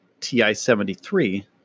TI-73